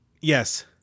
Yes